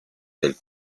del